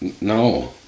no